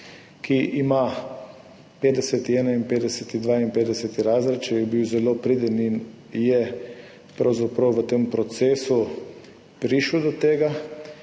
ki ima 50., 51., 52. razred, če je bil zelo priden in je pravzaprav v tem procesu prišel do tega.